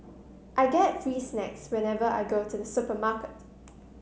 I get free snacks whenever I go to the supermarket